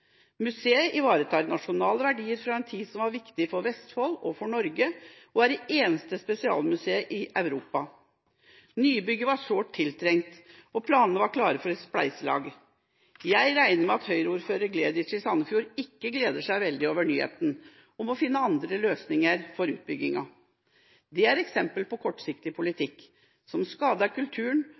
Museet ivaretar nasjonale verdier fra en tid som var viktig for Vestfold og for Norge, og er det eneste spesialmuseet i Europa. Nybygget var sårt tiltrengt, og planene var klare for et spleiselag. Jeg regner med at Høyre-ordfører Gleditsch i Sandefjord ikke gleder seg veldig over den nyheten og nå må finne andre løsninger for utbygginga. Dette er et eksempel på kortsiktig politikk, som skader kulturen,